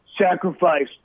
sacrifice